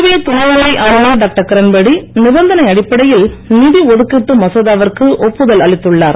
புதுவை துணைநிலை ஆளுநர் டாக்டர் கிரண்பேடி நிபந்தனை அடிப்படையில் நிதி ஒதுக்கீட்டு மசோதாவிற்கு ஒப்புதல் அளித்துள்ளார்